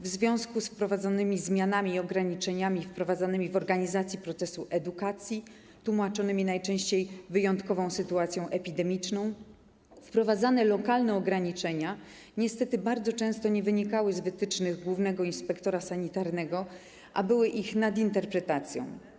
W związku z wprowadzonymi zmianami i ograniczeniami wprowadzanymi w organizacji procesu edukacji tłumaczonymi najczęściej wyjątkową sytuacją epidemiczną wprowadzane lokalne ograniczenia niestety bardzo często nie wynikały z wytycznych głównego inspektora sanitarnego, a były ich nadinterpretacją.